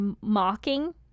mocking